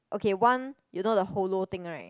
okay one you know the hollow thing right